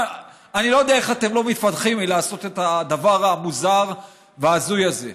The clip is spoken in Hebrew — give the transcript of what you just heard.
אני לא יודע איך אתם לא מתפדחים לעשות את הדבר המוזר וההזוי הזה.